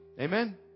Amen